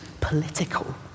political